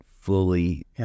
fully